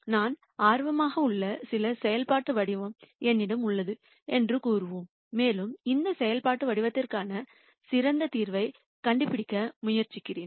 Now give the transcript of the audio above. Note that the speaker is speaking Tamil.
எனவே நான் ஆர்வமாக உள்ள சில செயல்பாட்டு வடிவம் என்னிடம் உள்ளது என்று கூறுவோம் மேலும் இந்த செயல்பாட்டு வடிவத்திற்கான சிறந்த தீர்வைக் கண்டுபிடிக்க முயற்சிக்கிறேன்